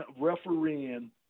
refereeing